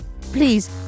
Please